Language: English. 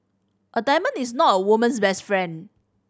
a diamond is not a woman's best friend